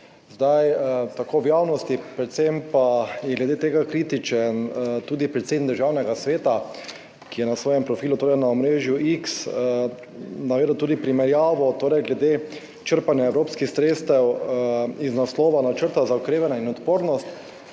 tako v javnosti, predvsem pa je glede tega kritičen tudi predsednik Državnega sveta, ki je na svojem profilu, torej na omrežju X, navedel tudi primerjavo glede črpanja evropskih sredstev iz naslova Načrta za okrevanje in odpornost